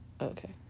Okay